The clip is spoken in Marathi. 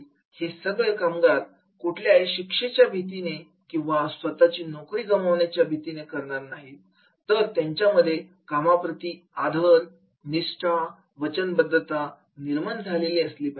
हे सगळं कामगार कुठल्या शिक्षेच्या भीतीने किंवा स्वतःची नोकरी गमावण्याच्या भीतीने करणार नाहीत तर त्यांच्यामध्ये कामाप्रती आदर निष्ठा वचनबद्धता निर्माण झाली असेल